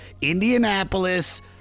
Indianapolis